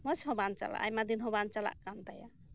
ᱢᱚᱡᱽ ᱦᱚᱸ ᱵᱟᱝ ᱪᱟᱞᱟᱜ ᱟᱭᱢᱟ ᱫᱤᱱ ᱵᱟᱝ ᱪᱟᱞᱟᱜ ᱠᱟᱱ ᱛᱟᱭᱟ